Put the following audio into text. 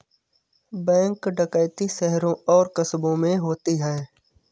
bank डकैती शहरों और कस्बों में होती है